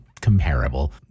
comparable